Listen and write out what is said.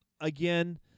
Again